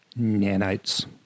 Nanites